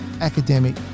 academic